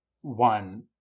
one